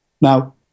Now